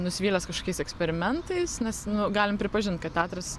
nusivylęs kažkokiais eksperimentais nes nu galim pripažint kad teatras